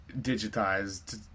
digitized